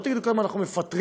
לא תגידו כמה אנחנו מפטרים,